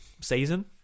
season